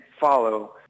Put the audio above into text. follow